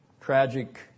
Tragic